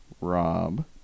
Rob